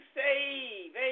save